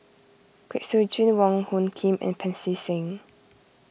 Kwek Siew Jin Wong Hung Khim and Pancy Seng